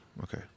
Okay